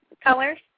colors